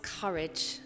courage